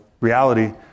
reality